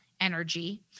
energy